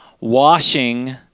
washing